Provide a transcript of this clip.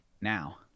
now